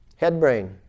Headbrain